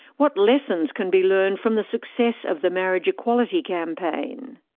what lessons can be learned from the success of the marriage equality campaign?